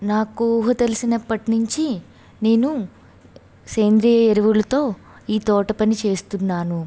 నాకు ఊహ తెలిసినప్పటి నుంచి నేను సేంద్రియ ఎరువులతో ఈ తోట పని చేస్తున్నాను